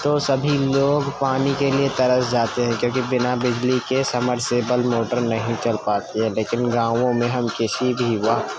تو سبھی لوگ پانی کے لیے ترس جاتے ہیں کیوں کہ بنا بجلی کے سمر سیبل موٹر نہیں چل پاتی ہے لیکن گاؤں میں ہم کسی بھی وقت